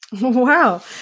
Wow